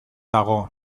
dago